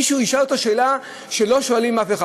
מישהו ישאל אותו שאלה שלא שואלים אף אחד.